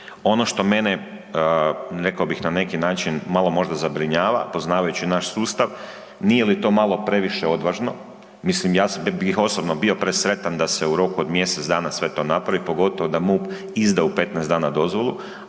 Ono što mene rekao bih na neki način malo možda zabrinjava poznavajući naš sustav, nije li to malo previše odvažno, mislim ja bih osobno bio presretan da se u roku od mjesec dana sve to napravi, pogotovo da MUP izda u 15 dana dozvolu